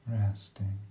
Resting